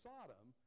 Sodom